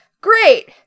great